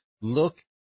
look